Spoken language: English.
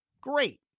great